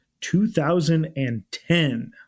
2010